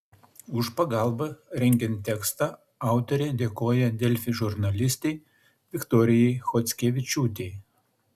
už pagalbą rengiant tekstą autorė dėkoja delfi žurnalistei viktorijai chockevičiūtei